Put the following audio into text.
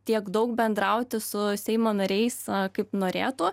tiek daug bendrauti su seimo nariais kaip norėtų